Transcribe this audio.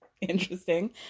Interesting